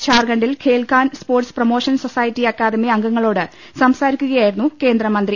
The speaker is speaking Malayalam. ഝാർഖണ്ഡിൽ Khelgaon sports promotion society academy അംഗങ്ങളോട് സംസാരിക്കുകയായിരുന്നു കേന്ദ്രമന്ത്രി